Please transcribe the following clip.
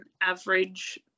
average